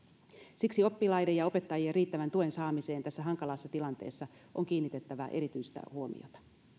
siksi oppilaiden ja opettajien riittävän tuen saamiseen tässä hankalassa tilanteessa on kiinnitettävä erityistä huomiota